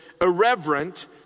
irreverent